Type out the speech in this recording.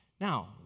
Now